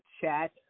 chat